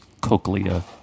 Cochlea